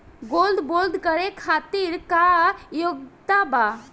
Gold bond करे खातिर का योग्यता बा?